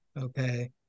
okay